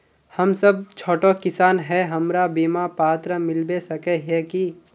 हम सब छोटो किसान है हमरा बिमा पात्र मिलबे सके है की?